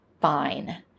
fine